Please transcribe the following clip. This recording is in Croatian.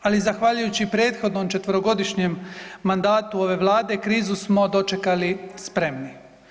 Ali zahvaljujući prethodnom 4-godišnjem mandatu ove vlade krizu smo dočekali spremni.